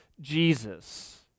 Jesus